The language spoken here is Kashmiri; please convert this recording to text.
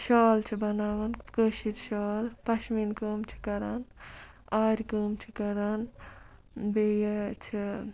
شال چھِ بَناوان کٲشِرۍ شال پَشمیٖن کٲم چھِ کَران آرِ کٲم چھِ کَران بیٚیہِ چھِ